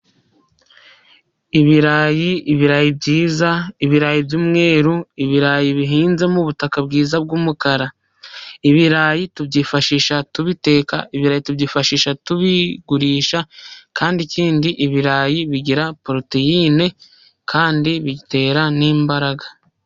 Ibirayi, ibirayi byiza, ibirayi by'umweru, ibirayi bihinze mu butaka bwiza bw'umukara, ibirayi tubyifashisha tubiteka, ibirayi tubyifashisha tubigurisha, kandi ikindi ibirayi bigira poroteyine kandi bitera n'imbaraga.